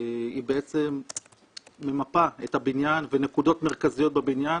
היא ממפה את הבניין ונקודות מרכזיות בבניין,